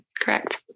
correct